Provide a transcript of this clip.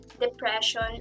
depression